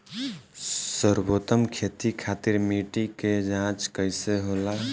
सर्वोत्तम खेती खातिर मिट्टी के जाँच कईसे होला?